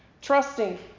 trusting